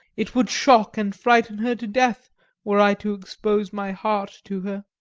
it would shock and frighten her to death were i to expose my heart to her.